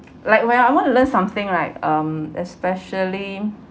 like when I want to learn something right um especially